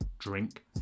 Drink